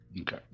Okay